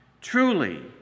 truly